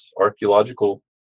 archaeological